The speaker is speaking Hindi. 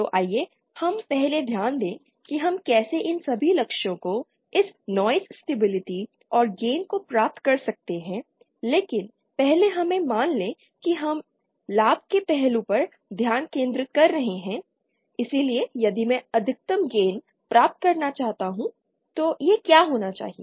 तो आइए हम पहले ध्यान दें कि हम कैसे इन सभी लक्ष्यों को इस नॉइज़ स्टेबिलिटी और गेन को प्राप्त कर सकते हैं लेकिन पहले हमें मान लें कि हम लाभ के पहलू पर ध्यान केंद्रित कर रहे हैं इसलिए यदि मैं अधिकतम गेन प्राप्त करना चाहता हूं तो यह क्या होना चाहिए